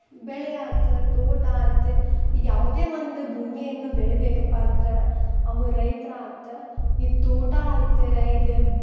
ಬೆಳಿ ಆತು ತೋಟ ಐತಿ ಈಗ ಯಾವುದೇ ಒಂದು ಭೂಮಿಯನ್ನು ಬೆಳಿಬೇಕಪ್ಪ ಅಂದ್ರೆ ಅವು ರೈತ್ರು ಆತು ಈ ತೋಟ ಐತೆ ಇದು